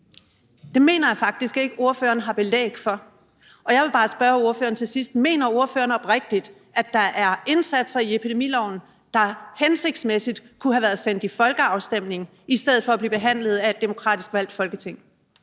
det mener jeg faktisk ikke ordføreren har belæg for. Jeg vil bare spørge ordføreren til sidst: Mener ordføreren oprigtigt, at der er indsatser i epidemiloven, der hensigtsmæssigt kunne have været sendt til folkeafstemning i stedet for at blive behandlet af et demokratisk valgt Folketing?